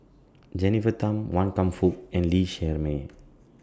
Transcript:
Jennifer Tham Wan Kam Fook and Lee Shermay